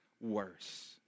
worse